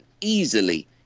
easily